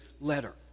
letter